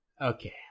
Okay